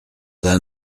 d’un